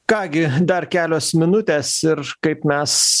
ką gi dar kelios minutės ir kaip mes